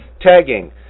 Tagging